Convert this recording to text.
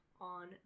on